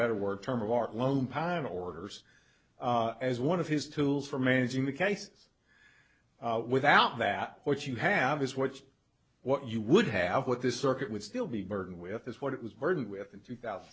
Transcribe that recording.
better word term of art loan power and orders as one of his tools for managing the cases without that what you have is what you what you would have with this circuit would still be burdened with is what it was burdened with in two thousand